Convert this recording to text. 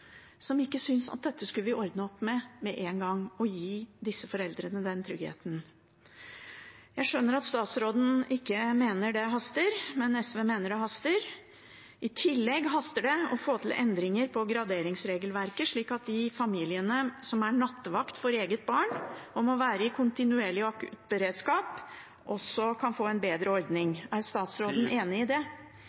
med en gang og gi disse foreldrene den tryggheten. Jeg skjønner at statsråden ikke mener det haster, men SV mener det haster. I tillegg haster det å få til endringer i graderingsregelverket, slik at de familiene som er nattevakt for eget barn og må være i kontinuerlig akuttberedskap, også kan få en bedre ordning. Er statsråden enig i det?